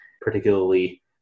particularly